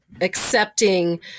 accepting